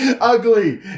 Ugly